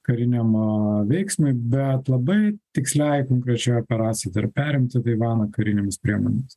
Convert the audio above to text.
kariniam veiksmui bet labai tiksliai konkrečiai operacijai tai yra perimti taivaną karinėmis priemonėmis